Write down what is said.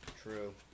true